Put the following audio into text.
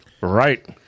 Right